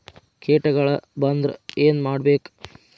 ಕೇಟಗಳ ಬಂದ್ರ ಏನ್ ಮಾಡ್ಬೇಕ್?